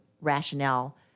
rationale